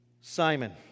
Simon